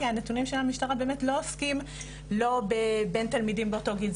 כי הנתונים של המשטרה באמת לא עוסקים בבין תלמידים באותו גיל,